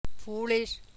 Foolish